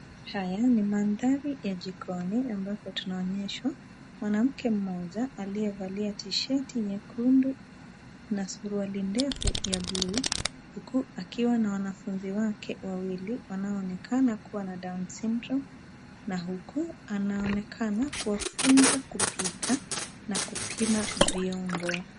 Haya ni mandhari ya jikoni ambapo tunaonyeshwa mwanamke mmoja aliyevalia tishati nyekundu na suruali ndefu ya blue , huku akiwa na wanafunzi wake wawili, wanaoonekana kuwa na down syndrome na huku anaonekana kuwa funza kupika na kupima viongo.